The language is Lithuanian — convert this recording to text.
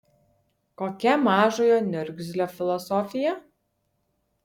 kokia mažojo niurzglio filosofija